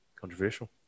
Controversial